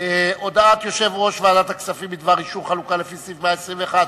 הודעת יושב-ראש ועדת הכספים בדבר אישור חלוקה לפי סעיף 121